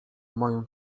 moją